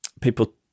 people